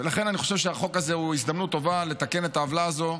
ולכן אני חושב שהחוק הזה הוא הזדמנות טובה לתקן את העוולה הזאת,